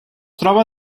troba